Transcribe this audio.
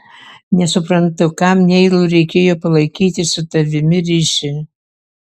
nesuprantu kam neilui reikėjo palaikyti su tavimi ryšį